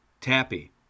Tappy